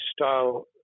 style